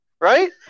right